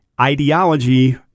ideology